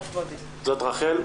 רחל,